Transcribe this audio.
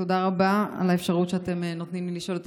תודה רבה על האפשרות שאתם נותנים לי לשאול את